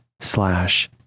slash